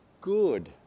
good